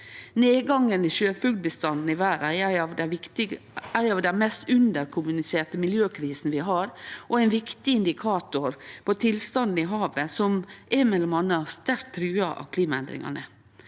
Nedgangen i sjøfuglbestanden i verda er ei av dei mest underkommuniserte miljøkrisene vi har, og er ein viktig indikator på tilstanden i havet, som m.a. er sterkt trua av klimaendringane.